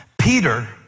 Peter